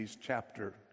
chapter